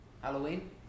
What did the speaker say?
Halloween